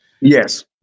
Yes